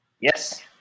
Yes